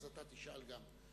אתה תשאל גם כן.